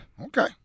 Okay